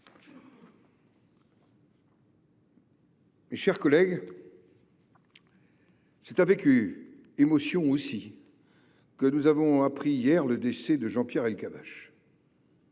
Mes chers collègues, c’est aussi avec émotion que nous avons appris hier le décès de Jean-Pierre Elkabbach.